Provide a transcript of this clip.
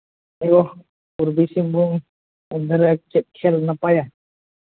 ᱟᱵᱚ ᱯᱩᱨᱵᱚ ᱥᱤᱝᱵᱷᱩᱢ ᱢᱚᱫᱽᱫᱷᱮ ᱨᱮ ᱪᱮᱫ ᱠᱷᱮᱞ ᱱᱟᱯᱟᱭᱟ